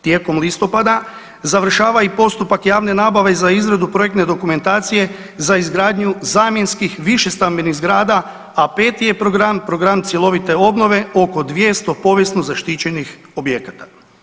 Tijekom listopada završava i postupak javne nabave za izradu projektne dokumentacije za izgradnju zamjenskih višestambenih zgrada, a peti je program, program cjelovite obnove oko 200 povijesno zaštićenih objekata.